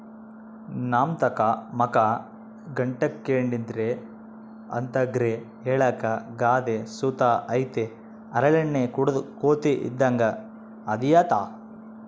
ನಮ್ತಾಕ ಮಕ ಗಂಟಾಕ್ಕೆಂಡಿದ್ರ ಅಂತರ್ಗೆ ಹೇಳಾಕ ಗಾದೆ ಸುತ ಐತೆ ಹರಳೆಣ್ಣೆ ಕುಡುದ್ ಕೋತಿ ಇದ್ದಂಗ್ ಅದಿಯಂತ